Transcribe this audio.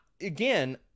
Again